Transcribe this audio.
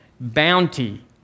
Bounty